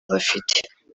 bafite